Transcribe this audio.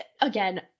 again